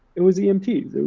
it was emt. no,